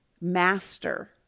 master